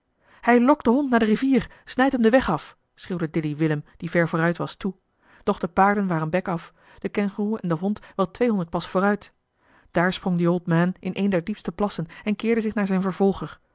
lokt den hond naar de rivier snijdt hem den weg af schreeuwde dilly willem die ver vooruit was toe doch de paarden waren bek af de kengoeroe en de hond wel tweehonderd pas vooruit daar sprong de old man in een der diepste plassen en keerde zich naar zijn vervolger